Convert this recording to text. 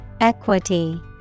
Equity